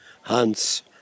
Hans